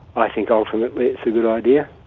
i think ultimately it's a good idea,